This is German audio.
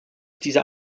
dieser